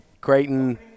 Creighton